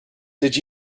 did